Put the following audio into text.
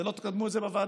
אז לא תקדמו את זה בוועדה.